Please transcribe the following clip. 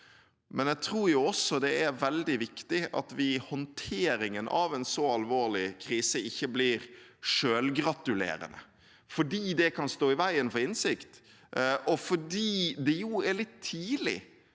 men jeg tror også det er veldig viktig at vi i håndteringen av en så alvorlig krise ikke blir selvgratulerende, fordi det kan stå i veien for innsikt, og fordi det ennå er litt tidlig